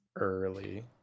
Early